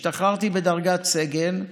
השתחררתי בדרגת סגן,